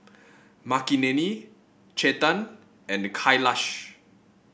Makineni Chetan and Kailash